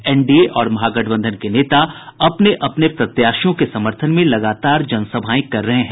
NDA और महागठबंधन के नेता अपने अपने प्रत्याशियों के समर्थन में लगातार जनसभाएं कर रहे है